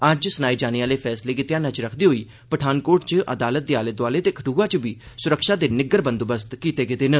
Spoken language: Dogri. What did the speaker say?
अज्ज सनाए जाने आले फैसले गी ध्यानै च रक्खदे होई पठानकोट च अदालत दे आले दोआले ते कठुआ च बी सुरक्षा दे निग्गर बंदोबस्त कीते गेदे न